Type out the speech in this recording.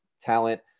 talent